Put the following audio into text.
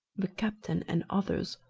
the captain and others,